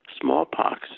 smallpox